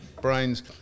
brains